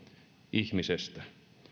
ihmisestä